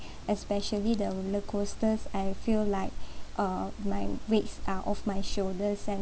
especially the roller coasters I feel like uh my weights are off my shoulders and